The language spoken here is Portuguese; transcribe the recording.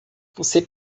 você